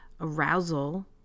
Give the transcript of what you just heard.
arousal